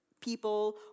people